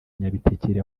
nyabitekeri